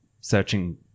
Searching